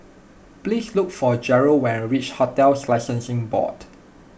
please look for Jerrell when you reach Hotels Licensing Board